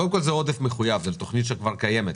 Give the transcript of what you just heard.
קודם כול, זה עודף מחויב, זה לתוכנית שכבר קיימת.